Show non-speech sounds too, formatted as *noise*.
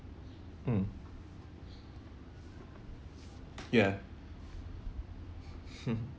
mm ya *laughs*